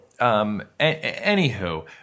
anywho